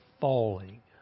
falling